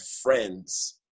friends